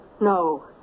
no